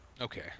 Okay